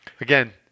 again